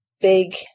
big